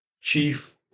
Chief